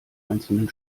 einzelnen